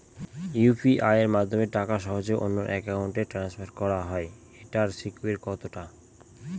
UPI মাধ্যমে টাকা সহজেই অন্যের অ্যাকাউন্ট ই ট্রান্সফার হয় এইটার সিকিউর কত টা?